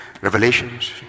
Revelations